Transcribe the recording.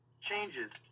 changes